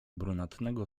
brunatnego